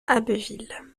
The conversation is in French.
abbeville